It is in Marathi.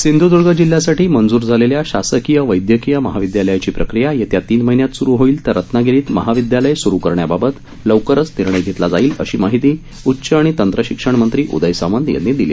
सिंधूदर्ग जिल्ह्यासाठी मंजूर झालेल्या शासकीय वैदयकीय महाविदयालयाची प्रक्रिया येत्या तीन महिन्यांत सुरू होईल तर रत्नागिरीत महाविद्यालय सुरू करण्याबाबत लवकरच निर्णय घेतला जाईल अशी माहिती उच्च आणि तंत्रशिक्षण मंत्री उदय सामंत यांनी दिली